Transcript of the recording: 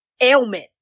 ailment